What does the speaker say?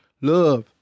Love